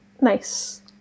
nice